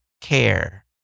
care